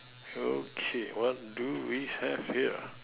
okay what do we have here